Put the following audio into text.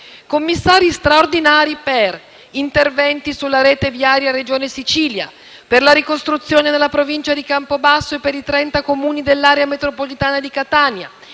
commissari straordinari per interventi sulla rete viaria della Regione Sicilia, per la ricostruzione nella provincia di Campobasso e per i 30 Comuni dell'area metropolitana di Catania,